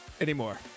Anymore